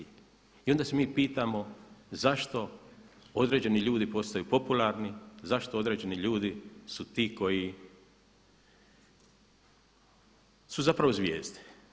I onda se mi pitamo zašto određeni ljudi postaju popularni, zašto određeni ljudi su ti koji su zapravo zvijezde.